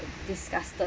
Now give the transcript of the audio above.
disgusted